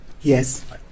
Yes